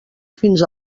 fins